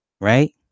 Right